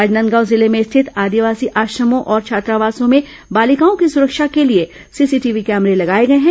राजनांदगांव जिले में स्थित आदिवासी आश्रमों और छात्रावासों में बालिकाओं की सुरक्षा के लिए सीसीटीवी कैमरे लगाए गए हैं